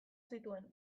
zituen